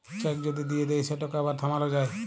cheque যদি দিঁয়ে দেই সেটকে আবার থামাল যায়